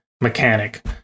mechanic